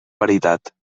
veritat